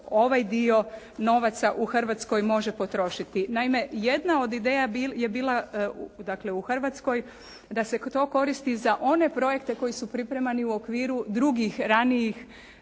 ovaj dio novaca u Hrvatskoj može potrošiti. Naime, jedna od ideja je bila dakle u Hrvatskoj da se to koristi za one projekte koji su pripremani u okviru drugih ranijih